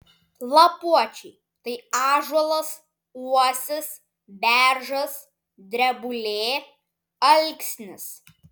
lapuočiai tai ąžuolas uosis beržas drebulė alksnis